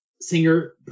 singer